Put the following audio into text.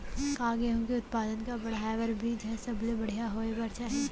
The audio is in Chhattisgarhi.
का गेहूँ के उत्पादन का बढ़ाये बर बीज ह सबले बढ़िया होय बर चाही का?